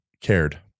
cared